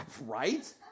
Right